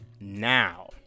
now